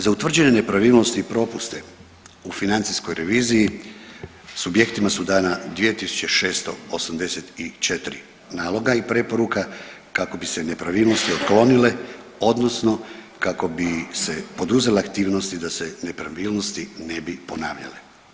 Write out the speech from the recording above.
Za utvrđene nepravilnosti i propuste u financijskoj reviziji subjektima su dana 2684 naloga i preporuka kako bi se nepravilnosti otklonile, odnosno kako bi se poduzele aktivnosti da se nepravilnosti ne bi ponavljale.